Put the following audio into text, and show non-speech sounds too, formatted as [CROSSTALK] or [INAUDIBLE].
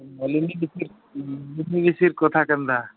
[UNINTELLIGIBLE] କଥା କେନ୍ତା